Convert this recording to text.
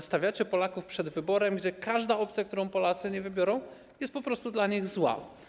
Stawiacie Polaków przed wyborem, gdzie każda opcja, którą wybiorą, jest po prostu dla nich zła.